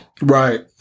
right